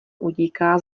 utíká